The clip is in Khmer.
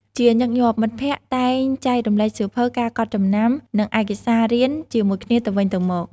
ជាញឹកញាប់ មិត្តភក្តិតែងចែករំលែកសៀវភៅ ការកត់ចំណាំ និងឯកសាររៀនជាមួយគ្នាទៅវិញទៅមក។